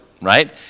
right